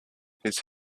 his